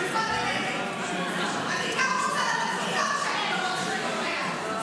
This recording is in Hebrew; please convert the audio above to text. אני גם רוצה --- מאיפה?